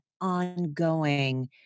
ongoing